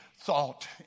thought